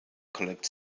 collect